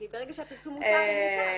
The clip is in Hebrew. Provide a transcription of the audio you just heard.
כי ברגע שהפרסום מותר הוא מותר.